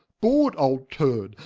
baud ile turne,